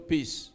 Peace